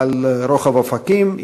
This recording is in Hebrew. רחב אופקים,